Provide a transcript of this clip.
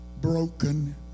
broken